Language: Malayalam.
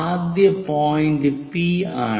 ആദ്യ പോയിന്റ് പി ആണ്